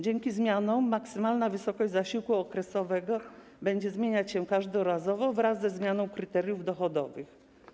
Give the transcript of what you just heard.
Dzięki zmianom maksymalna wysokość zasiłku okresowego będzie zmieniać się każdorazowo wraz ze zmianą kryteriów dochodowych.